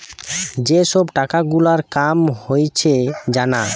যেই সব টাকা গুলার কাম হয়েছে জানা